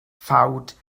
ffawt